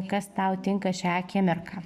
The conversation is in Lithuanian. kas tau tinka šią akimirką